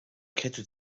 kette